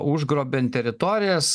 užgrobiant teritorijas